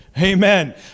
Amen